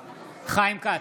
כץ,